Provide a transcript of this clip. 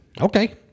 Okay